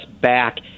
back